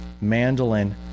mandolin